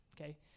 okay